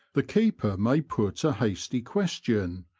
the keeper may put a hasty question,